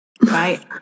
Right